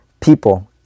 people